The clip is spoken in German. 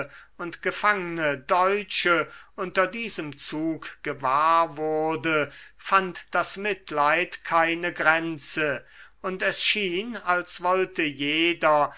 und gefangne deutsche unter diesem zug gewahr wurde fand das mitleid keine grenze und es schien als wollte jeder